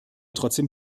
trotzdem